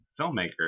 filmmaker